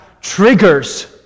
triggers